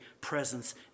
presence